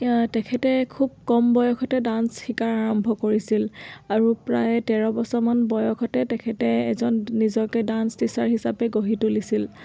তেখেতে খুব কম বয়সতে ডান্স শিকাৰ আৰম্ভ কৰিছিল আৰু প্ৰায় তেৰ বছৰমান বয়সতে তেখেতে এজন নিজকে ডান্স টিচাৰ হিচাপে গঢ়ি তুলিছিল